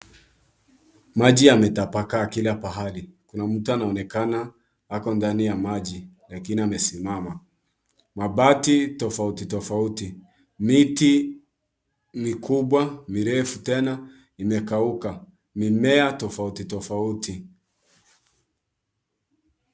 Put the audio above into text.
Maji yametapakaa kila pahali. Kuna mtu anaonekana ako ndani ya maji lakini amesimama. Mabati tofauti tofauti, miti ni kubwa mirefu tena imekauka, mimea tofauti tofauti.